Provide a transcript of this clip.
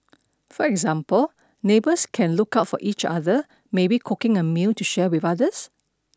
for example neighbors can look out for each other maybe cooking a meal to share with others